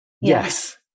yes